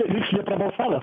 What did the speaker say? liksiu neprabalsavęs